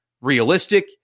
realistic